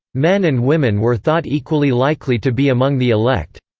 men and women were thought equally likely to be among the elect.